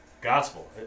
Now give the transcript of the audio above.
gospel